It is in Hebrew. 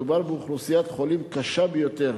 מדובר באוכלוסיית חולים קשה ביותר,